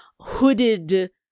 hooded